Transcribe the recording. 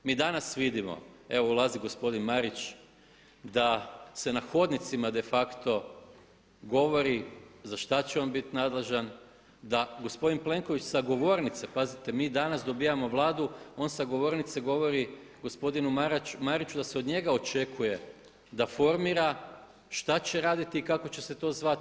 Mi danas vidimo, evo ulazi gospodin Marić, da se na hodnicima de facto govori za što će on biti nadležan, da gospodin Plenković sa govornice, pazite mi danas dobijamo Vladu, on sa govornice govori gospodinu Mariću da se od njega očekuje da formira šta će raditi i kako će se to zvati.